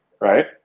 right